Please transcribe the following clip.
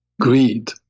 greed